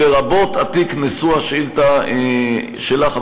לרבות התיק מושא השאילתה שלך,